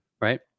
right